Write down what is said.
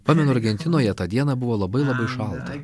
pamenu argentinoje tą dieną buvo labai labai šalta